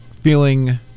feeling